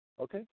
Okay